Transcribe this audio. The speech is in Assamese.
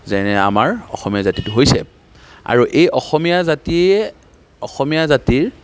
যেনে আমাৰ অসমীয়া জাতিটো হৈছে আৰু এই অসমীয়া জাতিয়ে অসমীয়া জাতিৰ